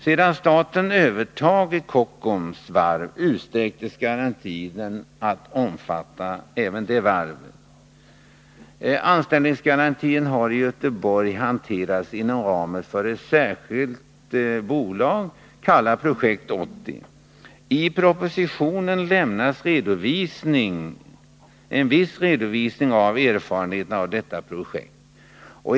Sedan staten övertagit Kockums varv utsträcktes garantin till att omfatta även det varvet. Anställningsgarantin har i Göteborg hanterats inom ramen för ett särskilt bolag, kallat Projekt 80 AB . I propositionen lämnas en viss redovisning av erfarenheterna av detta projekt.